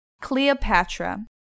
Cleopatra